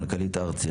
מנכ"לית ארצ"י,